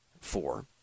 four